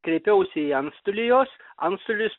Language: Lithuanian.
kreipiausi į anstolį jos antstolis